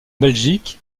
belgique